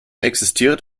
existiert